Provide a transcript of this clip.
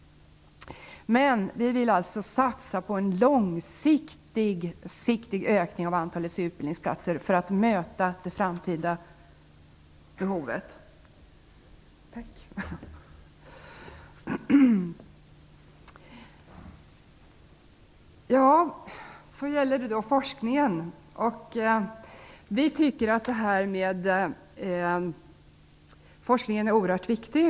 Vi vill alltså satsa på en långsiktig ökning av antalet utbildningsplatser för att möta det framtida behovet. Sedan gäller det forskningen. Vi tycker att forskningen är oerhört viktig.